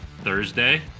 thursday